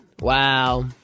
Wow